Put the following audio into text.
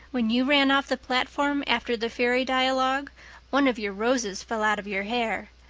when you ran off the platform after the fairy dialogue one of your roses fell out of your hair.